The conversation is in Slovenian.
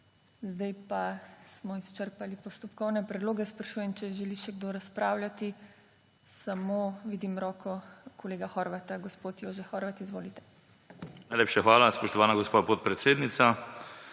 Zdaj pa smo izčrpali postopkovne predloge. Sprašujem, če želi še kdo razpravljati. Samo, vidim roko kolega Horvata. Gospod Jožef Horvat, izvolite. JOŽEF HORVAT (PS NSi): Najlepša hvala, spoštovana gospa podpredsednica.